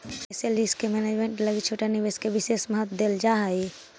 financial risk management लगी छोटा निवेश के विशेष महत्व देल जा हई